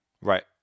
Right